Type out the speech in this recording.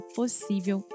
possível